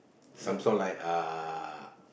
some sort like uh